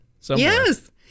Yes